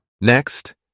Next